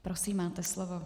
Prosím, máte slovo.